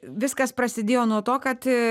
viskas prasidėjo nuo to kad